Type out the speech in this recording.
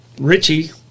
Richie